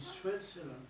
Switzerland